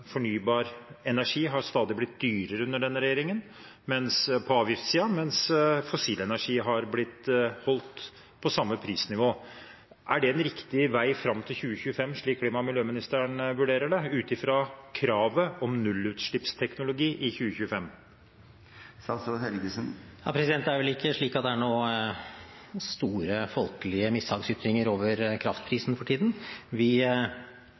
blitt holdt på samme prisnivå. Er det en riktig vei fram til 2025, slik klima- og miljøministeren vurderer det, ut fra kravet om nullutslippsteknologi i 2025? Det er vel ikke slik at det er noen store, folkelige mishagsytringer over kraftprisen for tiden. Vi